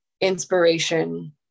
inspiration